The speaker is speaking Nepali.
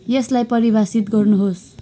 यसलाई परिभाषित गर्नुहोस्